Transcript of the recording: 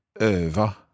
öva